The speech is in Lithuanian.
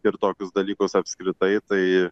ir tokius dalykus apskritai tai